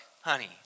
honey